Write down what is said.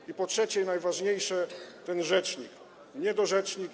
I po trzecie, najważniejsze - ten rzecznik niedorzecznik.